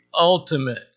ultimate